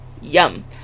Yum